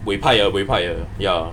buey pai 的 buey pai 的 ya